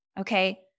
okay